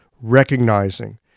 recognizing